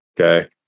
Okay